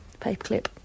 paperclip